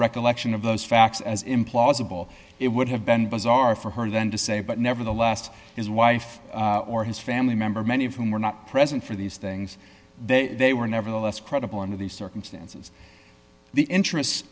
recollection of those facts as implausible it would have been bizarre for her then to say but never the last his wife or his family member many of whom were not present for these things they were nevertheless credible under these circumstances the interest